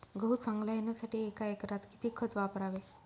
गहू चांगला येण्यासाठी एका एकरात किती खत वापरावे?